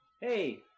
hey